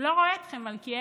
הוא לא רואה אתכם, מלכיאלי.